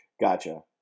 Gotcha